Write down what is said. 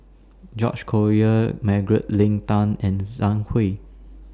George Collyer Margaret Leng Tan and Zhang Hui